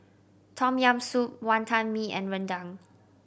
Tom Yam Soup Wantan Mee and rendang